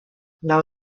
laŭ